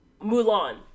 Mulan